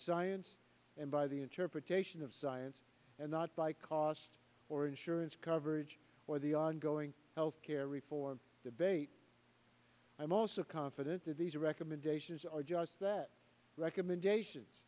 science and by the interpretation of science and not by cost or insurance coverage or the ongoing health care reform debate i'm also confident that these recommendations are just that recommendations